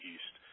East